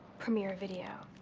premiere a video.